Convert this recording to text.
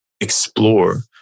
explore